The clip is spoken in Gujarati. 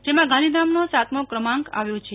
જેમાં ગાંધીધામનો સાતમો ક્રમાંક આવ્યો છે